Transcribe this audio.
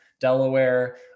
Delaware